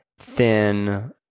Thin